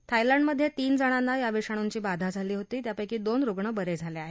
थायलंडमध्ये तीन जणांना या विषाणूंची बाधा झाली होती पेकी दोन रुग्ण बरे झाले आहेत